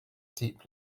deep